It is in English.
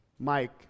Mike